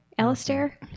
Alistair